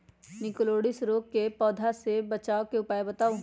निककरोलीसिस रोग से पौधा के बचाव के उपाय बताऊ?